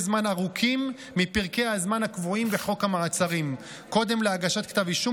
זמן ארוכים מפרקי הזמן הקבועים בחוק המעצרים קודם להגשת כתב אישום,